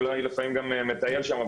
ואולי לפעמים גם מטייל שם,